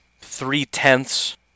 three-tenths